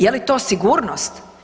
Je li to sigurnost?